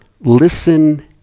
listen